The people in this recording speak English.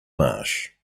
marsh